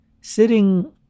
sitting